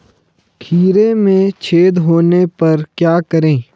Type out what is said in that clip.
खीरे में छेद होने पर क्या करें?